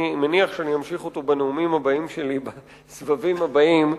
מניח שאמשיך אותו בנאומי בסבבים הבאים,